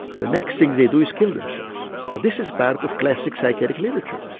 the next thing they do is kill themselves. now this is part of classic psychiatric literature,